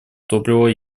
топлива